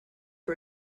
for